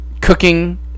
cooking